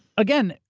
again,